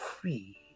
free